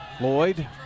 Lloyd